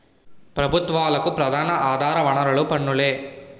ప్రభుత్వాలకు ప్రధాన ఆధార వనరులు పన్నులే